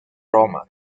roma